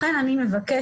לכן אני מבקשת,